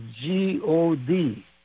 G-O-D